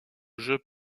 jeux